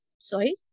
Sorry